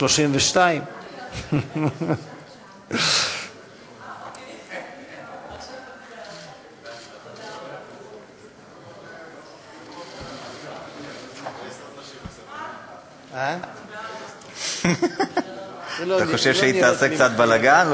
32. אתה חושב שהיא תעשה קצת בלגן?